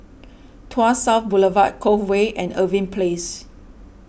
Tuas South Boulevard Cove Way and Irving Place